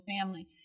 family